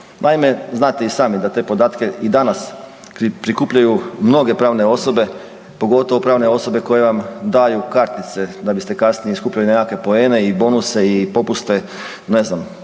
Naime, znate i sami da te podatke i danas prikupljaju mnoge pravne osobe pogotovo pravne osobe koje vam daju kartice da biste kasnije skupljali nekakve poene i bonuse i popuste, ne znam